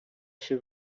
się